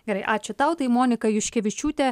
gerai ačiū tau tai monika juškevičiūtė